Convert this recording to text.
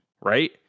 right